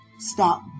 stop